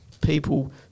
people